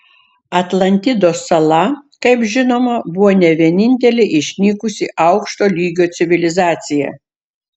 atlantidos sala kaip žinoma buvo ne vienintelė išnykusi aukšto lygio civilizacija